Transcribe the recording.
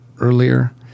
earlier